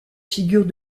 figures